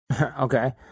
Okay